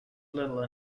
little